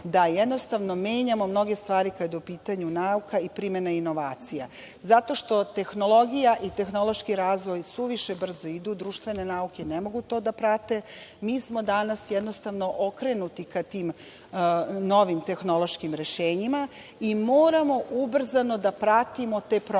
da jednostavno menjamo mnoge stvari kada je u pitanju nauka i primena inovacija, zato što tehnologija i tehnološki razvoj suviše brzo idu, društvene nauke ne mogu to da prate. Mi smo danas, jednostavno, okrenuti ka tim novim tehnološkim rešenjima i moramo ubrzano da pratimo te promene.